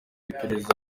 iperereza